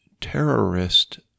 terrorist